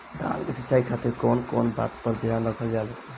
धान के सिंचाई खातिर कवन कवन बात पर ध्यान रखल जा ला?